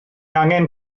angen